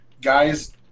guys